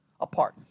apart